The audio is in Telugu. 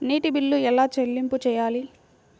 నీటి బిల్లు ఎలా చెల్లింపు చేయాలి?